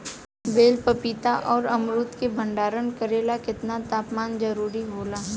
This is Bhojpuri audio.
बेल पपीता और अमरुद के भंडारण करेला केतना तापमान जरुरी होला?